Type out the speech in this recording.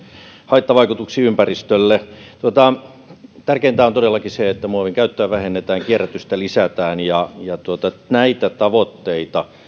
haittavaikutuksiin ympäristölle tärkeintä on todellakin se että muovin käyttöä vähennetään ja kierrätystä lisätään näitä tavoitteita